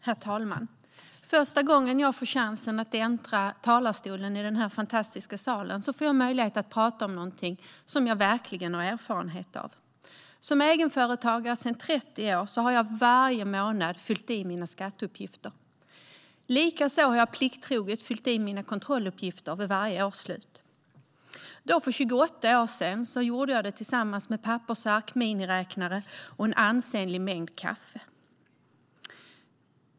Herr talman! Första gången jag får chansen att äntra talarstolen i denna fantastiska sal får jag möjlighet att tala om något jag verkligen har erfarenhet av. Som egenföretagare sedan snart 30 år har jag varje månad fyllt i mina skatteuppgifter. Likaså har jag plikttroget fyllt i mina kontrolluppgifter vid varje årsslut. För 28 år sedan gjorde jag det med hjälp av pappersark, miniräknare och en ansenlig mängd kaffe.